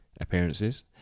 appearances